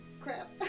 Crap